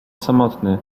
samotny